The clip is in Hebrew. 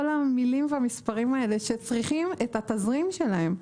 המילים והמספרים האלה שצריכים את התזרים שלהם.